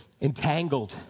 Entangled